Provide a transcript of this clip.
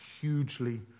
hugely